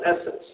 essence